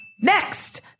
Next